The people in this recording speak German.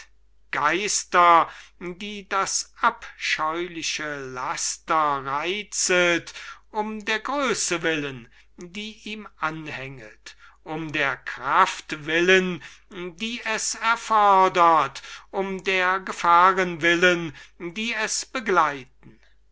geist den das äusserste laster nur reitzet um der grösse willen die ihm anhänget um der kraft willen die es erheischet um der gefahren willen die es begleiten